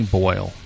boil